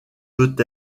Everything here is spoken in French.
peut